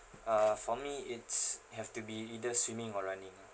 uh for me it's have to be either swimming or running ah